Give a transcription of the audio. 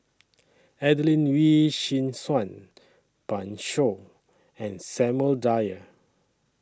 Adelene Wee Chin Suan Pan Shou and Samuel Dyer